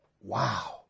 Wow